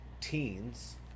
teens